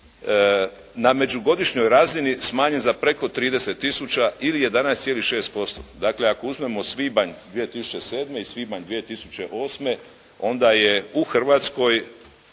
na međugodišnjoj razini smanjen za preko 30 tisuća ili 11,6%. Dakle ako uzmemo svibanj 2007. i svibanj 2008. onda je u Hrvatskoj